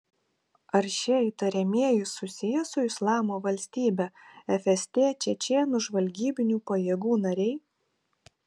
ar šie įtariamieji susiję su islamo valstybe fst čečėnų žvalgybinių pajėgų nariai